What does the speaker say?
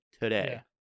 today